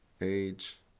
age